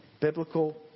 biblical